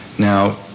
Now